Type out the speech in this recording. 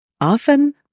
Often